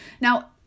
Now